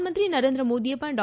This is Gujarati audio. પ્રધાનમંત્રી નરેન્દ્ર મોદીએ પણ ડો